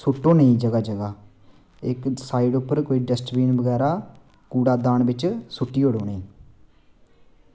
सुट्ट नेईं जगह जगह इक्क साईड उप्पर कोई डस्टबिन बगैरा कूड़ादान बिच सुट्टी ओड़ो उ'नें गी